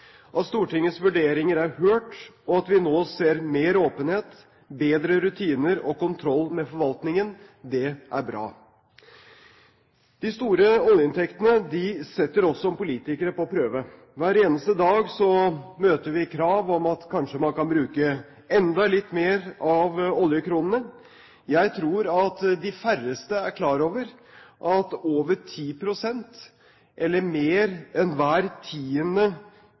at Stortingets vurderinger er hørt, og at vi nå ser mer åpenhet og bedre rutiner og kontroll med forvaltningen. Det er bra. De store oljeinntektene setter oss som politikere på prøve. Hver eneste dag møter vi krav om at kanskje man kan bruke enda litt mer av oljekronene. Jeg tror at de færreste er klar over at over 10 pst. – eller mer enn hver tiende